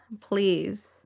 please